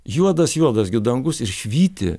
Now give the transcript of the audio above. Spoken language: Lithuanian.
juodas juodas gi dangus ir švyti